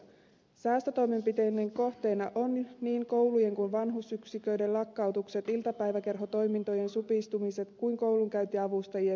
säästötoimenpiteiden kohteina ovat niin koulujen kuin vanhusyksiköiden lakkautukset niin iltapäiväkerhotoimintojen supistumiset kuin koulunkäyntiavustajien vähentämiset